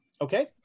Okay